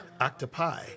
Octopi